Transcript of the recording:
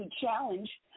challenge